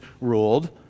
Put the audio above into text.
ruled